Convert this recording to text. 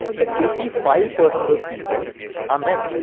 that eighty five percent of those people are men.